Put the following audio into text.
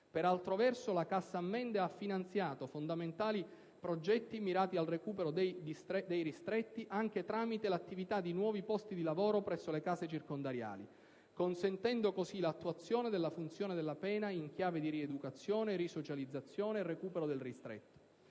Per altro verso, la Cassa ammende ha finanziato fondamentali progetti mirati al recupero dei ristretti anche tramite l'attività di nuovi posti di lavoro presso le case circondariali, consentendo così l'attuazione della funzione della pena in chiave di rieducazione, risocializzazione e recupero dei ristretti.